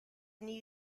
new